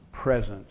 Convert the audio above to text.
presence